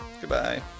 Goodbye